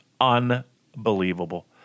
unbelievable